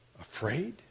afraid